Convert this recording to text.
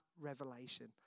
revelation